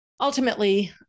ultimately